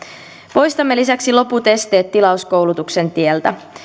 poistamme lisäksi loput esteet tilauskoulutuksen tieltä